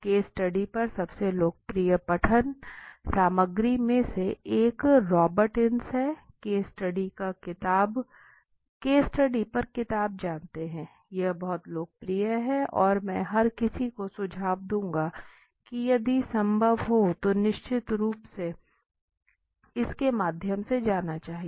case study पर सबसे लोकप्रिय पठन सामग्री में से एक रॉबर्ट इन्स है केस स्टडी पर किताब जानते हैं यह बहुत लोकप्रिय है और मैं हर किसी को सुझाव दूंगा कि यदि संभव हो तो निश्चित रूप से इसके माध्यम से जाना चाहिए